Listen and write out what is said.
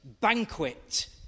banquet